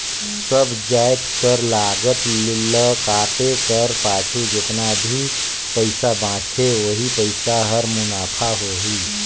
सब जाएत कर लागत ल काटे कर पाछू जेतना भी पइसा बांचथे ओही पइसा हर मुनाफा होही